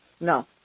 No